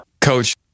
Coach